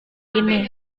ini